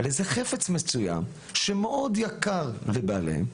על איזה חפץ מסוים שמאוד יקר לבעליו,